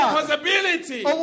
possibility